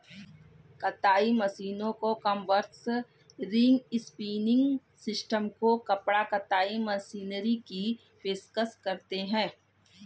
कताई मशीनों को कॉम्बर्स, रिंग स्पिनिंग सिस्टम को कपड़ा कताई मशीनरी की पेशकश करते हैं